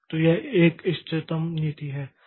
तो यह एक इष्टतम नीति है